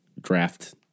draft